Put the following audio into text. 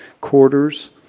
quarters